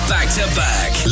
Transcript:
Back-to-back